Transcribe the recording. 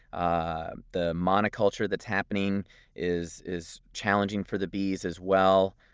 ah the monoculture that's happening is is challenging for the bees as well.